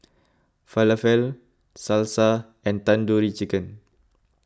Falafel Salsa and Tandoori Chicken